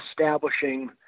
establishing